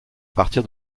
partir